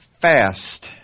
fast